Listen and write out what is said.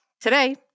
Today